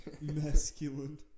Masculine